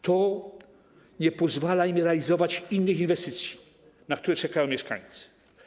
To nie pozwala im realizować innych inwestycji, na które czekają mieszkańcy.